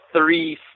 three